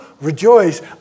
Rejoice